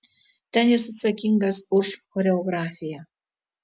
ten jis atsakingas už choreografiją